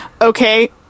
okay